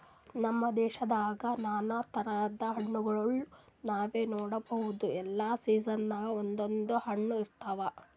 ನಮ್ ದೇಶದಾಗ್ ನಾನಾ ಥರದ್ ಹಣ್ಣಗೋಳ್ ನಾವ್ ನೋಡಬಹುದ್ ಎಲ್ಲಾ ಸೀಸನ್ಕ್ ಒಂದೊಂದ್ ಹಣ್ಣ್ ಇರ್ತವ್